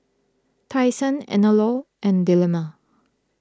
Tai Sun Anello and Dilmah